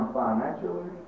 financially